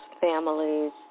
families